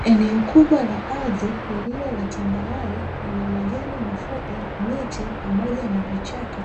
Eneo kubwa la ardhi lililo tambalale lina majani mafupi miti pamoja na vichaka,